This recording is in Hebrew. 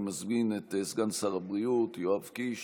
אני מזמין את סגן שר הבריאות יואב קיש